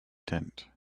tent